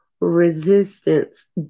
resistance